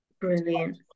Brilliant